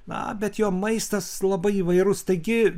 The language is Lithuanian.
na bet jo maistas labai įvairus taigi